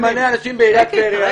ממתי אנשים ממנה אנשים בעיריית טבריה?